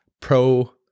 pro